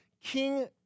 King